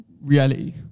reality